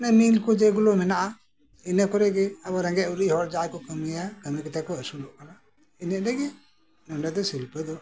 ᱢᱤᱞ ᱠᱚ ᱡᱮ ᱜᱩᱞᱳ ᱢᱮᱱᱟᱜᱼᱟ ᱤᱱᱟᱹ ᱠᱚᱨᱮ ᱜᱮ ᱟᱵᱚ ᱨᱮᱜᱮᱡ ᱚᱨᱤᱡ ᱦᱚᱲ ᱡᱟᱦᱟᱭ ᱠᱚ ᱠᱟᱹᱢᱤ ᱠᱟᱱᱟ ᱠᱟᱹᱢᱤ ᱠᱟᱛᱮ ᱠᱚ ᱟᱹᱥᱩᱞᱚᱜ ᱠᱟᱱᱟ ᱤᱱᱟᱹᱮᱰᱮᱜᱮ ᱱᱚᱰᱮ ᱫᱚ ᱥᱤᱞᱯᱚ ᱫᱚ